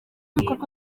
ibikorwa